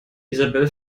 isabel